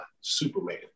Superman